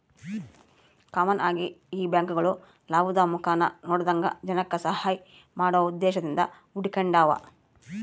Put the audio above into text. common ಆಗಿ ಈ ಬ್ಯಾಂಕ್ಗುಳು ಲಾಭುದ್ ಮುಖಾನ ನೋಡದಂಗ ಜನಕ್ಕ ಸಹಾಐ ಮಾಡೋ ಉದ್ದೇಶದಿಂದ ಹುಟಿಗೆಂಡಾವ